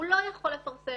הוא לא יכול לפרסם.